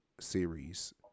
series